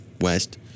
West